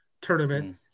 tournament